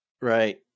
Right